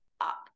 up